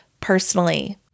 personally